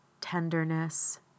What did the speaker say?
tenderness